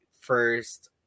first